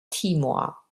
timor